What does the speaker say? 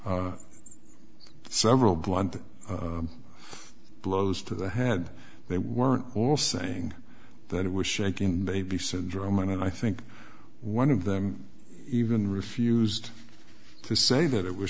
several blunt blows to the had they were all saying that it was shaking baby syndrome and i think one of them even refused to say that it was